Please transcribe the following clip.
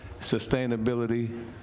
sustainability